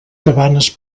cabanes